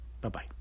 Bye-bye